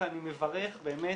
ואני מברך באמת,